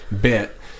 bit